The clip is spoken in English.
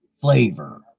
flavor